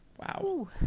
Wow